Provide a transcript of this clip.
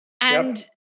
And-